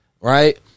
Right